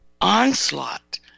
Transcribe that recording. onslaught